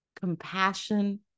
compassion